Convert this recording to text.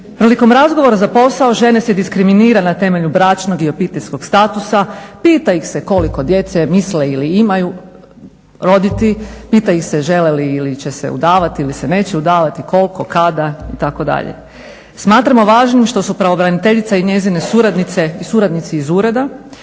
Prilikom razgovora za posao žene se diskriminira na temelju bračnog i obiteljskog statusa, pita ih se koliko djece imaju ili misle roditi, pita ih se žele li ili će se udavati ili se neće udavati, koliko, kada itd. Smatramo važnim što su pravobraniteljica i njezine suradnice i suradnici iz ureda